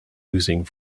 oozing